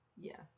yes